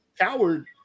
coward